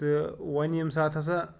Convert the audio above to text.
تہٕ وۄنۍ ییٚمہِ ساتہٕ ہَسا